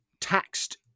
taxed